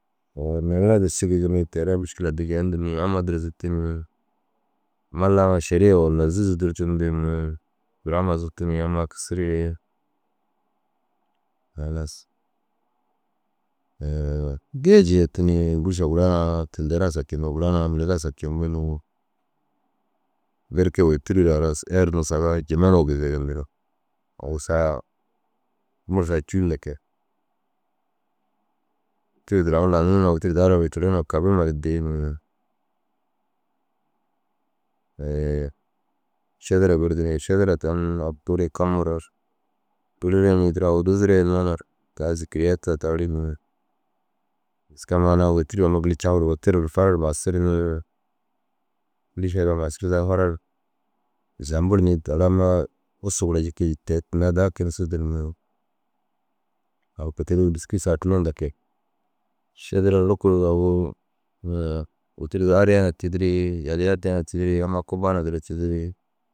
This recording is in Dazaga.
Au agiraŋa gisirig yinii teraa mûškila addi geendir ni amma duro zutu ni mallaa ŋa šeriye walla zûuzu dûrtug ndir ni duro amma zutu ni ammaa gisiree halas gee jeetu ni gûrsa gura na tinda ru asardindu gura na mire ru asartindu ni berke wêtiruu raa halas erruu saga Jimene gezegendir. Au sa mursaa cûu nda kege. Tirduu ru aŋ lau nuruu na wêtir dau ma daa ši kabima duro dii ni šedera girdu ni šedera tani iŋa lau taŋuu gii caŋ gir. Girdire ni duro aŋ buzure hinna na daa zêkeriyata tari ni. Dîski amma ginna wêtiruu girdi caŋgir wêtiruu ru fora ru maasir ni gîrša ara unnu maasirdaa fara ru hisambur ni taara amma wussu gora jikii te tinda daa kiresidir ni au kei te ru dîski sa atinaši nda kege. Šedera ru lukur ni agu wêtiruu daa ariya na tîdirii yaliya addiya na tîdirii amma kubba na duro tîdirii